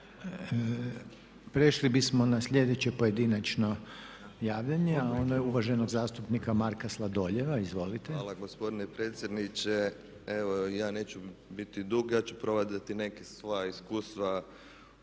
Prešli bismo na sljedeće pojedinačno javljanje, a ono je uvaženog zastupnika Marka Sladoljeva, izvolite. **Sladoljev, Marko (MOST)** Hvala gospodine predsjedniče. Evo ja neću biti dug, ja ću podijeliti neka svoja iskustva